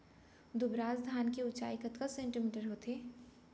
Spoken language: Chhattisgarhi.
दुबराज धान के ऊँचाई कतका सेमी होथे?